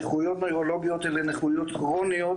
נכויות נוירולוגיות אלה נכויות כרוניות,